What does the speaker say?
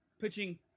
pitching